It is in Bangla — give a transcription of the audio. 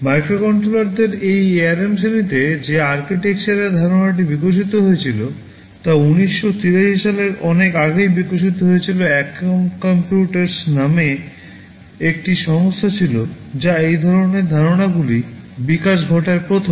মাইক্রোকন্ট্রোলারদের এই ARM শ্রেণিতে যে architecture এর ধারণাটি বিকশিত হয়েছে তা 1983 সালে অনেক আগেই বিকশিত হয়েছিল Acorn computers নামে একটি সংস্থা ছিল যা এই ধরণের ধারণাগুলি বিকাশ ঘটায় প্রথম